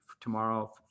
tomorrow